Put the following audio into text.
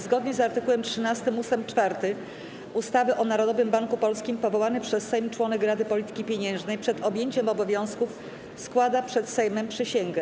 Zgodnie z art. 13 ust. 4 ustawy o Narodowym Banku Polskim powołany przez Sejm członek Rady Polityki Pieniężnej przed objęciem obowiązków składa przed Sejmem przysięgę.